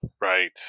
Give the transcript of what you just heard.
Right